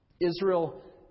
Israel